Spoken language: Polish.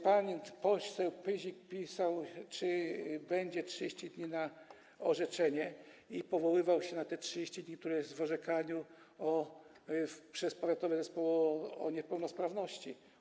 Pan poseł Pyzik pytał, czy będzie 30 dni na orzeczenie, i powoływał się na 30 dni, które są, jeśli chodzi o orzekanie przez powiatowy zespół o niepełnosprawności.